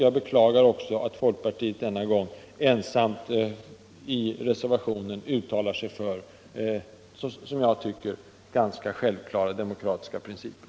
Jag beklagar också att folkpartiet denna gång ensamt i reservationen uttalar sig för, som jag tycker, ganska självklara demokratiska principer.